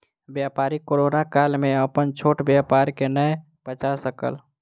व्यापारी कोरोना काल में अपन छोट व्यापार के नै बचा सकल